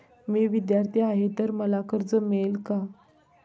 मी विद्यार्थी आहे तर मला कर्ज मिळेल का?